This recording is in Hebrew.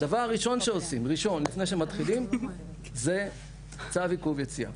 הדבר הראשון שעושים לפני שמתחילים זה צו עיכוב יציאה.